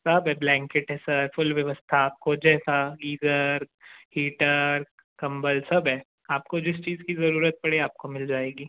सब है ब्लैंकेट है सर फ़ुल व्यवस्था आपको जैसा गीज़र हीटर कम्बल सब है आपको जिस चीज़ की ज़रूरत पड़े आपको मिल जाएगी